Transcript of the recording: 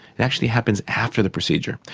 it actually happens after the procedure.